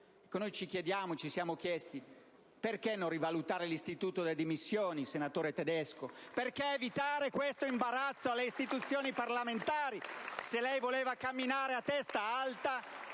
dal Senato». Ci siamo chiesti perché non rivalutare l'istituto delle dimissioni, senatore Tedesco, e perché non evitare questo imbarazzo alle istituzioni parlamentari: se lei voleva camminare a testa alta,